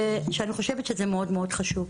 אני חושבת שזה מאוד מאוד חשוב.